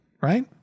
right